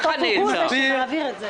בסוף זה הוא שמעביר את זה.